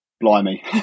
blimey